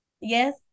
Yes